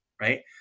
Right